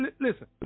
listen